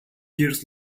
years